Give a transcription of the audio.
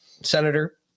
senator